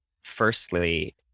firstly